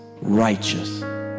righteous